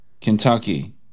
Kentucky